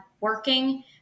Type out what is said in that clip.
working